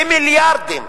במיליארדים,